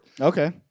Okay